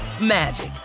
magic